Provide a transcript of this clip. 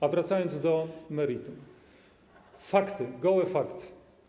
A wracając do meritum, fakty, gołe fakty.